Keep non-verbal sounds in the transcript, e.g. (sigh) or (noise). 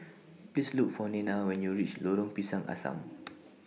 Please Look For Nena when YOU REACH Lorong Pisang Asam (noise)